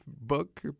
book